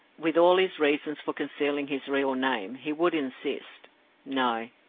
with all his reasons for concealing his real name, he would insist no,